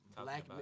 black